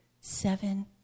seven